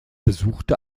besuchte